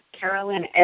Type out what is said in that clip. Carolyn